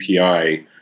API